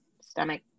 stomach